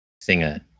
singer